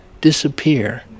disappear